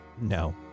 No